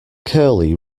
curly